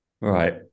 Right